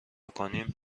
کنیم